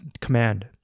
Command